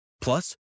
Plus